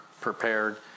prepared